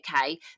okay